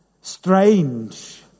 strange